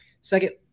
second